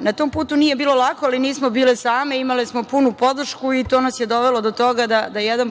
Na tom putu nije bilo lako, ali nismo bile same, imale smo punu podršku i to nas je dovelo do toga da jedan